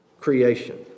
creation